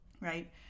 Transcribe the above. right